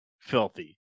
filthy